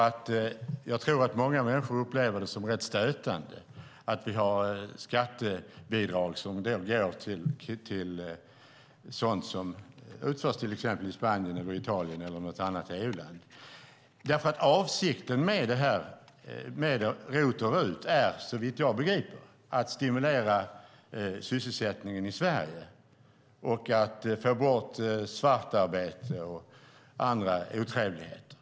Jag tror nämligen att många människor upplever det som rätt stötande att vi har skattebidrag som går till sådant som utförs till exempel i Spanien, Italien eller något annat EU-land. Avsikten med ROT och RUT är såvitt jag begriper att stimulera sysselsättningen i Sverige och få bort svartarbete och andra otrevligheter.